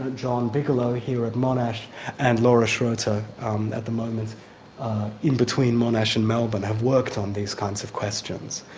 ah john bigelow here at monash and laura schroeter at the moment in between monash and melbourne, have worked on these kinds of questions.